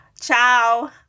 ciao